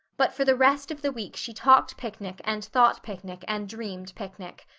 but for the rest of the week she talked picnic and thought picnic and dreamed picnic.